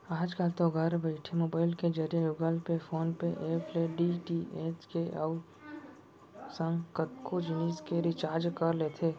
आजकल तो घर बइठे मोबईल के जरिए Google Pay, PhonePe app ले डी.टी.एच के संग अउ कतको जिनिस के रिचार्ज कर लेथे